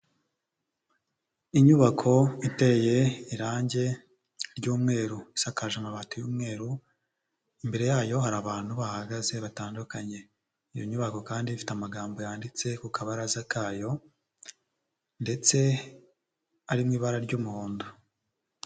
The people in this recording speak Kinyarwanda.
Inyubako iteye irangi ry'umweru, isakaje amabati y'umweru, imbere yayo hari abantu bahahagaze batandukanye, iyo nyubako kandi ifite amagambo yanditse ku kabaraza kayo ndetse ari mu ibara ry'umuhondo.